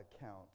account